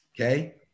Okay